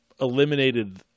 eliminated